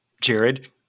Jared